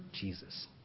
Jesus